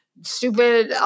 stupid